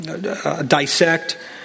dissect